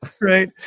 right